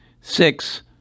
six